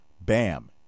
bam